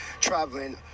traveling